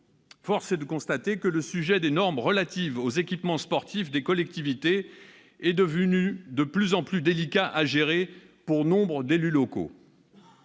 Force est de constater que le sujet des normes relatives aux équipements sportifs des collectivités est devenu de plus en plus délicat à gérer pour nombre d'élus locaux.